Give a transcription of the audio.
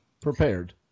prepared